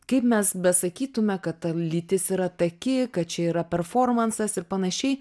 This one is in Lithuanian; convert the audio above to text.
kaip mes besakytume kad ta lytis yra taki kad čia yra performansas ir panašiai